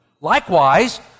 Likewise